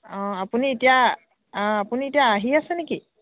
অঁ আপুনি এতিয়া অঁ আপুনি এতিয়া আহি আছেনে কি